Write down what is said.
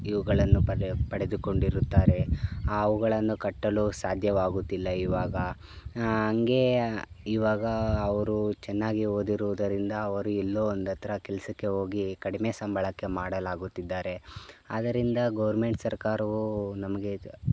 ಇವುಗಳನ್ನು ಪಡೆ ಪಡೆದುಕೊಂಡಿರುತ್ತಾರೆ ಅವುಗಳನ್ನು ಕಟ್ಟಲು ಸಾಧ್ಯವಾಗುತ್ತಿಲ್ಲ ಇವಾಗ ಹಂಗೇ ಇವಾಗ ಅವರು ಚೆನ್ನಾಗಿ ಓದಿರುವುದರಿಂದ ಅವರಿಗೆ ಎಲ್ಲೋ ಒಂದುಹತ್ರ ಕೆಲಸಕ್ಕೆ ಹೋಗಿ ಕಡಿಮೆ ಸಂಬಳಕ್ಕೆ ಮಾಡಲಾಗುತ್ತಿದ್ದಾರೆ ಆದ್ದರಿಂದ ಗೋರ್ಮೆಂಟ್ ಸರ್ಕಾರವು ನಮಗೆ ಇದು